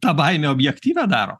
tą baimę neobjektyvią daro